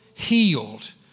Healed